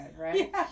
right